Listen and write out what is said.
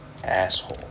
asshole